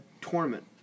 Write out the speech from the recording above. tournament